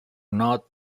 not